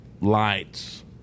lights